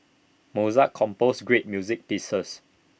Mozart composed great music pieces